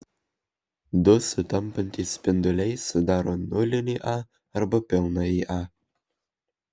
du sutampantys spinduliai sudaro nulinį a arba pilnąjį a